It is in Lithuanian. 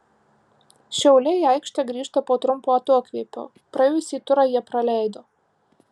šiauliai į aikštę grįžta po trumpo atokvėpio praėjusį turą jie praleido